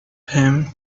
him